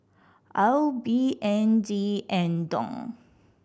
AUD B N D and Dong